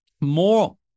more